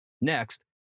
Next